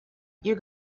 you